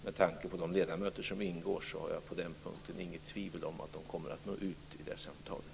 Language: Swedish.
Med tanke på de ledamöter som ingår hyser jag på den punkten inget tvivel om att man kommer att nå ut i det samtalet.